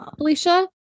Alicia